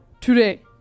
today